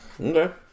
Okay